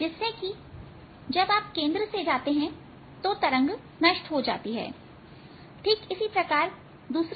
जिससे कि तरंग नष्ट हो जाती है जब आप मध्य से जाते हैं